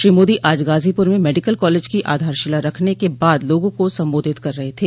श्री मोदी आज गाजोपुर में medical college की आधारशिला रखने के बाद लोगों को संबोधित कर रहे थे